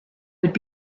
would